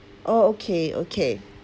oh okay okay